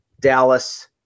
Dallas